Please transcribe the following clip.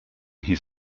his